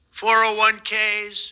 401ks